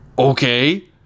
okay